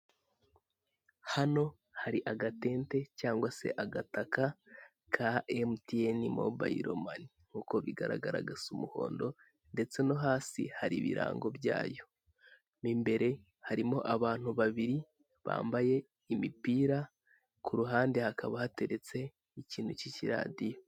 Hano hari aga tente, cyangwa se agataka, ka Emutiyeni mobayiro mani, nk'uko bigaragara gasa umuhondo ndetse no hasi hari ibirango byayo, mo imbere harimo abantu babiri bambaye imipira, ku ruhande hakaba hateretse ikintu k'ikiradiyo.